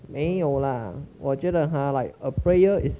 没有啦我觉得:mei you lah wo jue de ha like a prayer is